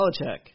Belichick